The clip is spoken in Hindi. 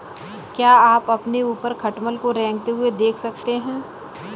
क्या आप अपने ऊपर खटमल को रेंगते हुए देख सकते हैं?